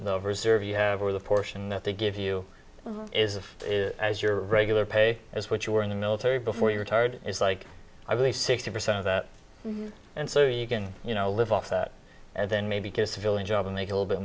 the reserve you have or the portion that they give you is as your regular pay as what you were in the military before you retired is like i believe sixty percent and so you can you know live off that and then maybe get civilian job and make a little bit